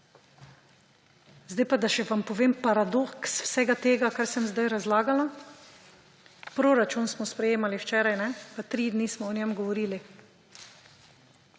Zdaj pa še, da vam povem paradoks vsega tega, kar sem zdaj razlagala. Proračun smo sprejemali včeraj, kajne, pa tri dni smo o njem govorili.